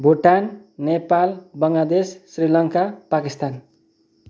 Bhutan Nepal Bangladesh Sri Lanka Pakistan